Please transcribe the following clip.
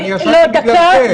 נשארתי בגלל זה.